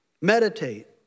meditate